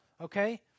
okay